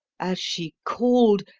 as she called,